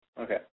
Okay